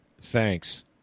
Thanks